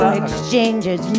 exchanges